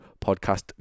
podcast